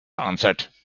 answered